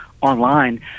online